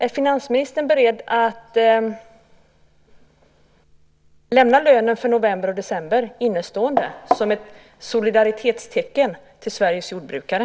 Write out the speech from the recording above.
Är finansministern beredd att lämna lönen för november och december innestående som ett solidaritetstecken till Sveriges jordbrukare?